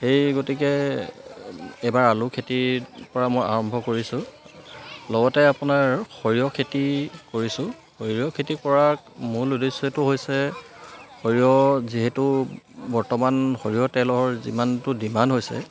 সেই গতিকে এইবাৰ আলু খেতিৰ পৰা মই আৰম্ভ কৰিছোঁ লগতে আপোনাৰ সৰিয়হ খেতি কৰিছোঁ সৰিয়হ খেতি কৰা মূল উদেশ্যটো হৈছে সৰিয়হ যিহেতু বৰ্তমান সৰিয়হ তেলৰ যিমানটো ডিমাণ্ড হৈছে